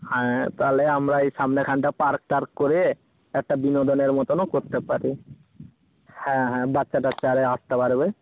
হ্যাঁ তাহলে আমরা এই সামনেখানটা পার্ক টার্ক করে একটা বিনোদনের মতনও করতে পারি হ্যাঁ হ্যাঁ বাচ্চা টাচ্চা আরে আসতে পারবে